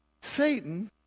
Satan